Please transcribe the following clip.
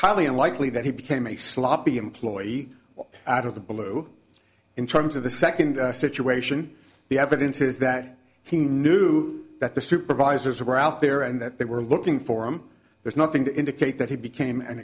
highly unlikely that he became a sloppy employee out of the blue in terms of the second situation the evidence is that he knew that the supervisors were out there and that they were looking for him there's nothing to indicate that he became an